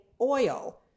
oil